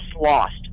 lost